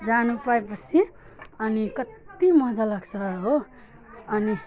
जानु पाएपछि अनि कत्ति मजा लाग्छ हो अनि